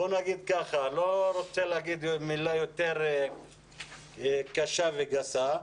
בוא נגיד ככה, לא רוצה להגיד מילה יותר קשה וגסה.